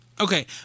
Okay